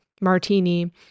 martini